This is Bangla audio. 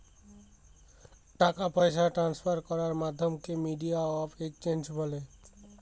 টাকা পয়সা ট্রান্সফার করার মাধ্যমকে মিডিয়াম অফ এক্সচেঞ্জ বলে